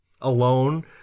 alone